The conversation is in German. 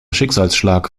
schicksalsschlag